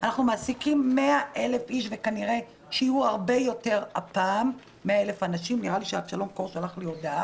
יש מפלגות שלקחו הלוואות לפי המצב שלהן היום אבל הן הולכות להתכווץ